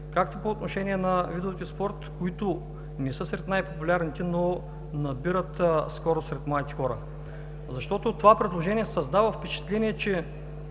както по отношение на видовете спорт, които не са сред най-популярните, но набират скорост сред младите хора, защото това предложение създава впечатление, че